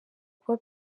kuba